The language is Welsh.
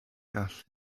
gall